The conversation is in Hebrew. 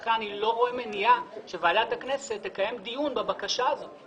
לכן אני לא רואה מניעה שוועדת הכנסת תקיים דיון בבקשה הזאת.